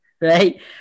Right